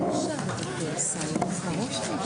הישיבה ננעלה בשעה 11:03.